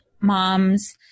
moms